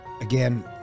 Again